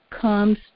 comes